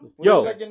Yo